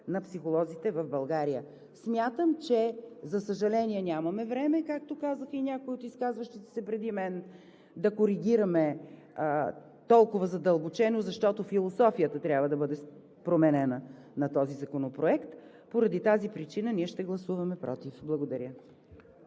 на психолозите в България. За съжаление, смятам, че нямаме време, както казаха и някои от изказващите се преди мен, да коригираме толкова задълбочено, защото философията трябва да бъде променена на този законопроект. Поради тази причина ние ще гласуваме „против“. Благодаря.